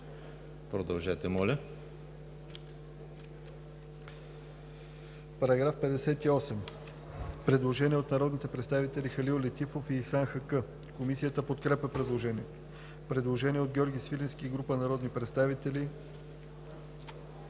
подразделението. По § 58 има предложение от народните представители Халил Летифов и Ихсан Хаккъ. Комисията подкрепя предложението. Предложение от Георги Свиленски и група народни представители: